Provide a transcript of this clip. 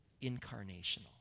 incarnational